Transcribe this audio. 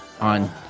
On